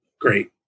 great